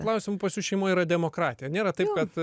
klausimu pas jus šeimoj yra demokratija nėra taip kad